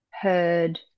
heard